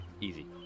easy